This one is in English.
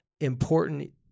important